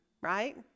right